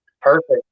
Perfect